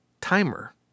timer